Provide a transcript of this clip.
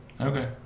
Okay